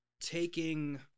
taking